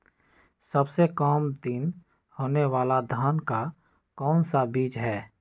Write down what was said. सबसे काम दिन होने वाला धान का कौन सा बीज हैँ?